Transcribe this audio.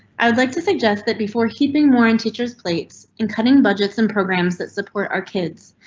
i would like to suggest that before heaping more and teachers plates and cutting budgets and programs that support our kids,